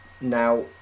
Now